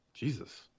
Jesus